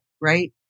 right